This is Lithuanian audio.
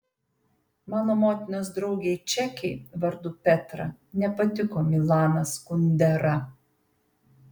mano motinos draugei čekei vardu petra nepatiko milanas kundera